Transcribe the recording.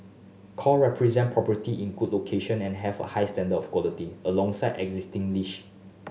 core represent property in good location and have a high standard of quality alongside existing